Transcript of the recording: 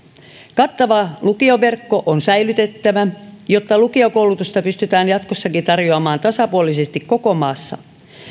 kattava lukioverkko on säilytettävä jotta lukiokoulutusta pystytään jatkossakin tarjoamaan tasapuolisesti koko maassa